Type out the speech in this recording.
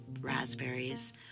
raspberries